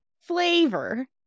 Flavor